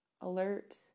alert